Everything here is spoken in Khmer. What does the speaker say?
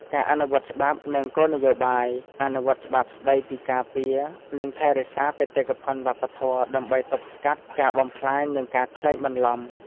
ការអនុវត្តច្បាប់ និងគោលនយោបាយ អនុវត្តច្បាប់ស្តីពីការពារ និងថែរក្សាបេតិកភណ្ឌវប្បធម៌ ដើម្បីទប់ស្កាត់ការបំផ្លាញ និងការក្លែងបន្លំ។